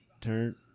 turn